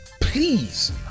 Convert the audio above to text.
Please